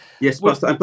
yes